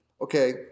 okay